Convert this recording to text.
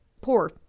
poor